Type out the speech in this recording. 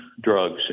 drugs